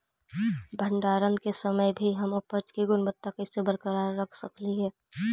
भंडारण के समय भी हम उपज की गुणवत्ता कैसे बरकरार रख सकली हे?